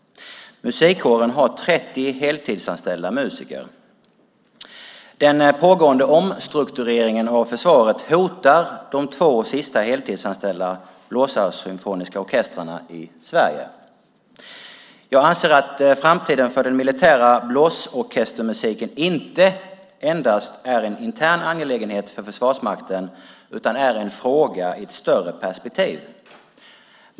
Musikkåren har 30 heltidsanställda musiker. Den pågående omstruktureringen av försvaret hotar de två sista heltidsanställda blåsarsymfoniska orkestrarna i Sverige. Jag anser att framtiden för den militära blåsorkestermusiken inte endast är en intern angelägenhet för Försvarsmakten utan en fråga i ett större perspektiv.